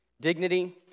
dignity